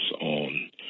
on